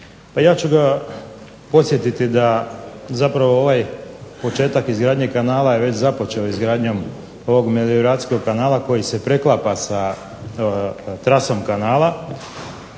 ja ću ga podsjetiti da zapravo ova početak izgradnje kanala je već započeo izgradnjom ovog melioracijskog kanala koji se preklapa sa trasom kanala.